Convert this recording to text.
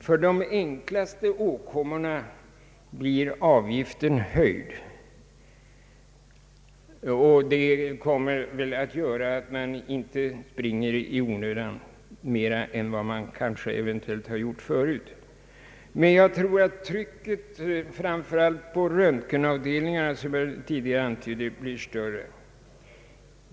För de enklaste åkommorna blir avgiften höjd, och detta kommer väl att medföra att man inte springer i onödan mera än man kanske har gjort förut. Som jag tidigare antydde tror jag att trycket på röntgenavdelningarna blir större.